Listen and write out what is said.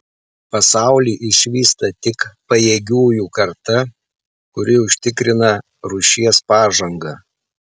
pasaulį išvysta tik pajėgiųjų karta kuri užtikrina rūšies pažangą